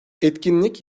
etkinlik